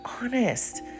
honest